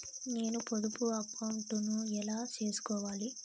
నేను పొదుపు అకౌంటు ను ఎలా సేసుకోవాలి?